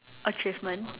achievement